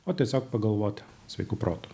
o tiesiog pagalvot sveiku protu